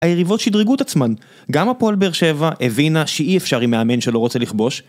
היריבות שדרגו את עצמן. גם הפועל באר שבע הבינה שאי אפשר עם מאמן שלא רוצה לכבוש